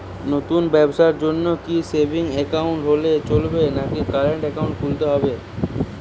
নতুন ব্যবসার জন্যে কি সেভিংস একাউন্ট হলে চলবে নাকি কারেন্ট একাউন্ট খুলতে হবে?